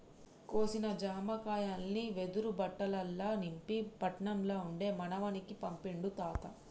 కోసిన జామకాయల్ని వెదురు బుట్టలల్ల నింపి పట్నం ల ఉండే మనవనికి పంపిండు తాత